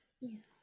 Yes